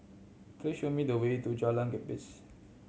please show me the way to Jalan Gapis